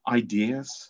ideas